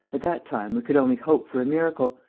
at that time we could only hope for a miracle.